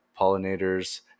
pollinators